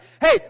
Hey